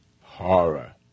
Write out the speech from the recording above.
horror